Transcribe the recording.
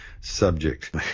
subject